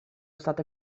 state